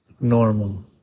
normal